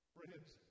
Friends